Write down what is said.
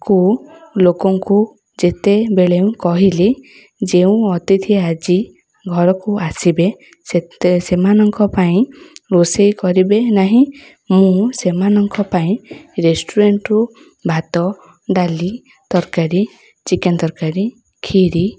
କୁ ଲୋକଙ୍କୁ ଯେତେବେଳେ କହିଲି ଯେଉଁ ଅତିଥି ଆଜି ଘରକୁ ଆସିବେ ସେ ସେମାନଙ୍କ ପାଇଁ ରୋଷେଇ କରିବେ ନାହିଁ ମୁଁ ସେମାନଙ୍କ ପାଇଁ ରେଷ୍ଟୁରାଣ୍ଟରୁ ଭାତ ଡାଲି ତରକାରୀ ଚିକେନ୍ ତରକାରୀ ଖିରି